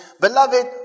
beloved